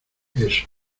eso